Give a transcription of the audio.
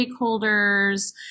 stakeholders